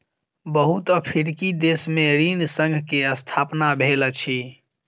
बहुत अफ्रीकी देश में ऋण संघ के स्थापना भेल अछि